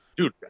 Dude